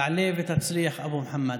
תעלה ותצליח, אבו מוחמד.